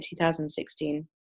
2016